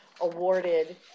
awarded